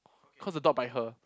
cause the dog bite her